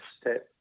step